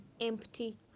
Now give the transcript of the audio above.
empty